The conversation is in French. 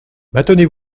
maintenez